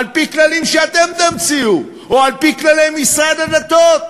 על-פי כללים שאתם תמציאו או על-פי כללי משרד הדתות.